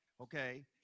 okay